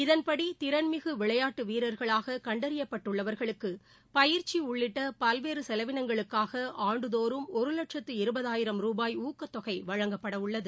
இதன்படி திறன்மிகு விளையாட்டு வீரர்களாக கண்டறியப்பட்டுள்ளவர்களுக்கு பயிற்சி உள்ளிட்ட பல்வேறு செலவினங்களுக்காக ஆண்டுதோறும் ஒரு லட்சத்து இருபதாயிரம் ரூபாய் ஊக்கத்தொகை வழங்கப்படவுள்ளது